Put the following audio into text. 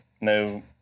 no